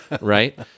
right